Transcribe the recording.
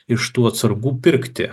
iš tų atsargų pirkti